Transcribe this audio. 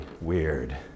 weird